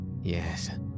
yes